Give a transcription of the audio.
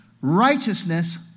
righteousness